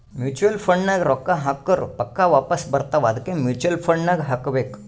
mutual fund ನಾಗ್ ರೊಕ್ಕಾ ಹಾಕುರ್ ಪಕ್ಕಾ ವಾಪಾಸ್ ಬರ್ತಾವ ಅದ್ಕೆ ಮೂಚುವಲ್ ಫಂಡ್ ನಾಗ್ ಹಾಕಬೇಕ್